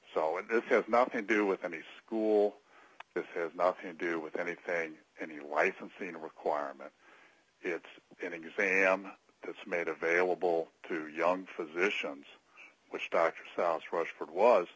so and this has nothing to do with any school this has nothing to do with anything any licensing requirements it's in and using them that's made available to young physicians which dr sells rushford was